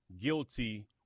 guilty